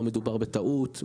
לא מדובר בטעות,